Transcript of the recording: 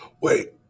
Wait